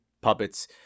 puppets